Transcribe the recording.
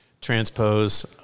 transpose